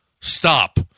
stop